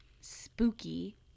spooky